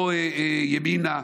לא ימינה,